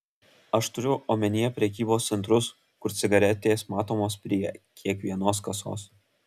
aš turiu omenyje prekybos centrus kur cigaretės matomos prie kiekvienos kasos